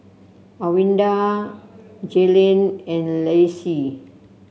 Alwilda Jaylen and Lacie